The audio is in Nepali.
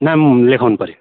नाम लेखाउनु पऱ्यो